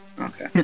Okay